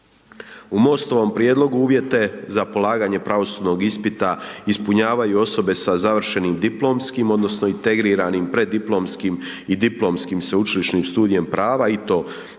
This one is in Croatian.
U MOST-ovom prijedlogu uvjete za polaganje pravosudnog ispita ispunjavanju osobe sa završenim diplomskim odnosno integriranim preddiplomskim i diplomskim sveučilišnim studijem prava i to nakon